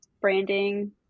branding